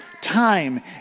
time